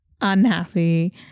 unhappy